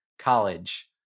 college